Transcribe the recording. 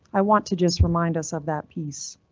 i want to just remind us of that piece.